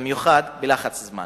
במיוחד בלחץ זמן.